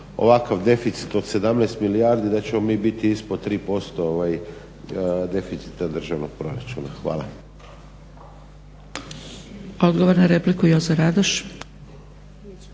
ovakav deficit od 17 milijardi da ćemo mi biti ispod 3% deficita državnog proračuna. Hvala. **Zgrebec, Dragica